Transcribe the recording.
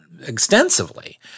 extensively